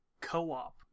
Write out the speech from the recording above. Co-op